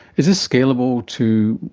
is this scalable to,